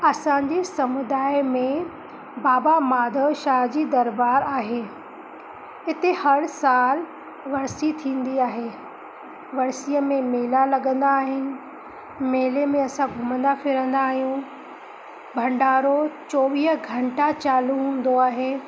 असांजे समुदाय में बाबा माधव शाह जी दरबारु आहे इते हर साल वर्सी थींदी आहे वर्सीअ में मेला लॻंदा आहिनि मेले में असां घुमंदा फिरंदा आहियूं भंडारो चोवीह घंटा चालू हूंदो आहे